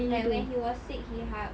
like when he was sick he hug